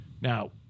Now